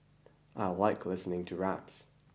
I like listening to raps